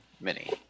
mini